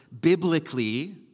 biblically